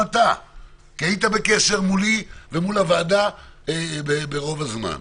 כי היית בקשר מולי ומול הוועדה רוב הזמן.